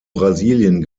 brasilien